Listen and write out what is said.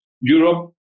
Europe